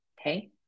okay